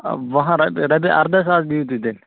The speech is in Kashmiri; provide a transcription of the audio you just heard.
آ وُہو رۄپیو رۄپیہِ اَرداہ ساس دِیِو تُہۍ تیٚلہِ